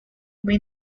main